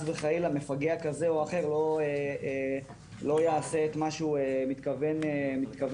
וחלילה מפגע כזה או אחר לא יעשה את מה שהוא מתכוון לעשות.